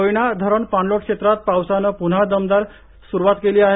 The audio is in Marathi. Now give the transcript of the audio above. कोयना धरण पाणलोट क्षेत्रात पावसाने प्न्हा दमदार सुरूवात केली आहे